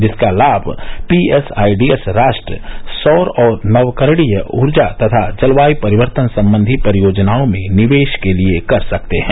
जिसका लाभ पीएसआईडीएस राष्ट्र सौर और नवकरणीय ऊर्जा तथा जलवायू परिवर्तन संबंधी परियोजनाओं में निवेश के लिए कर सकते हैं